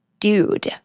Dude